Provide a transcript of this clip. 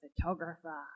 photographer